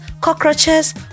cockroaches